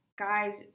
Guys